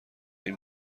این